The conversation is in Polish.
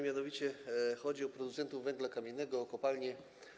Mianowicie chodzi o producentów węgla kamiennego, o kopalnie.